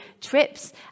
trips